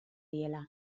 diela